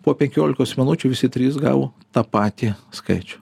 po penkiolikos minučių visi trys gavo tą patį skaičių